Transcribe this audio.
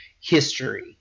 history